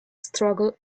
struggle